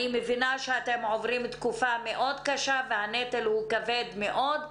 אני מבינה שאתם עוברים תקופה מאוד קשה והנטל הוא כבד מאוד.